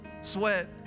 sweat